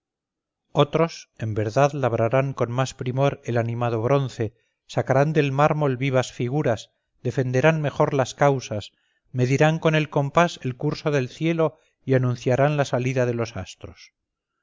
otros en verdad labrarán con más primor el animado bronce sacarán del mármol vivas figuras defenderán mejor las causas medirán con el compás el curso del cielo y anunciarán la salida de los astros